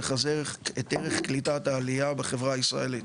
לחזק את ערך קליטת העלייה בחברה הישראלית.